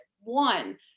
one